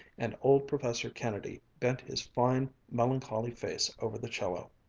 and old professor kennedy bent his fine, melancholy face over the cello.